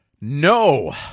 No